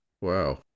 Wow